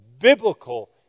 biblical